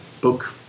book